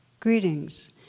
Greetings